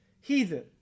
heathen